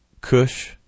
Kush